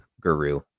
guru